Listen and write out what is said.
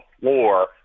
floor